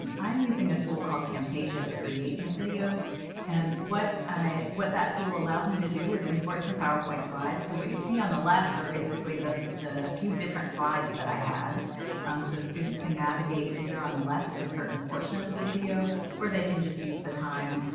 um i'm using a tool called camtasia to create my videos and what i what that tool allowed me to do is import some powerpoint slides. so what you see on the left are basically the the few different slides that i had so students can navigate either on the left to a certain portion of the video or they can just use the time